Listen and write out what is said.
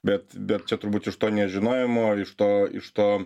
bet bet čia turbūt iš to nežinojimo iš to iš to